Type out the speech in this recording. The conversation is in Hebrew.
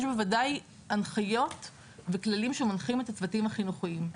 יש בוודאי הנחיות וכללים שמנחים את הצוותים החינוכיים.